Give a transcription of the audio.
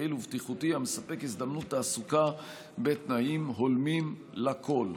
יעיל ובטיחותי המספק הזדמנויות תעסוקה בתנאים הולמים לכול.